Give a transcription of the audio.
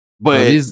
But-